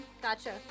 gotcha